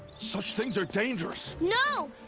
such things are dangerous! no!